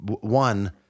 one